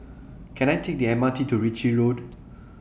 Can I Take The M R T to Ritchie Road